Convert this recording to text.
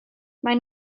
maen